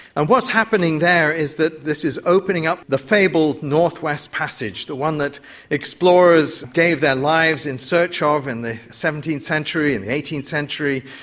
and what's happening there is that this is opening up the fabled northwest passage, the one that explorers gave their lives in search of in the seventeenth century and the eighteenth century,